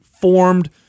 formed